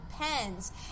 pens